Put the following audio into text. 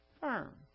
firm